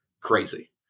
crazy